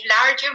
larger